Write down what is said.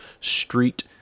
street